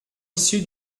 issu